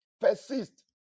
Persist